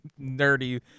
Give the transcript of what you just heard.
nerdy